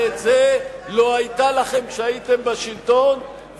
ודרך כזאת לא היתה לכם כשהייתם בשלטון,